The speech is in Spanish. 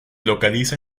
localiza